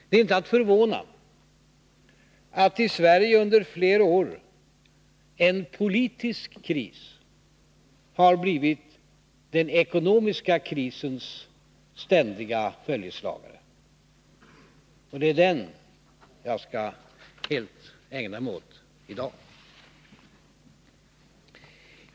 Det är inte förvånande att i Sverige har under flera år en politisk kris blivit den ekonomiska krisens ständiga följeslagare. Det är den jag helt skall ägna mig åt i dag.